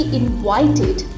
invited